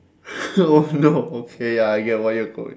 oh no okay ya I get where you're going